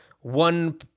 one